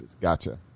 Gotcha